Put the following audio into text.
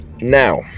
Now